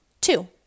Two